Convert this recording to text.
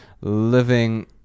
living